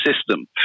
system